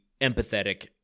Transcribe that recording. empathetic